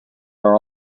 are